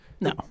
No